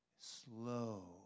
Slow